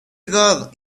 good